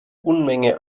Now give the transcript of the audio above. unmenge